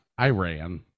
Iran